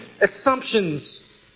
assumptions